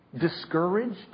discouraged